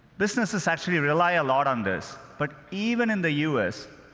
businesses actually rely a lot on this, but even in the us,